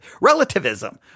relativism